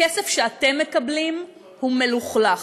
הכסף שאתם מקבלים הוא מלוכלך.